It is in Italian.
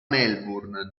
melbourne